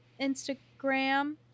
Instagram